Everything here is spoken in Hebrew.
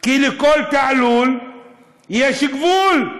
כי לכל תעלול יש גבול,